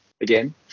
again